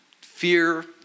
fear